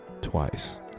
twice